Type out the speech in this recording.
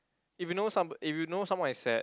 if you know someb~ if you know someone is sad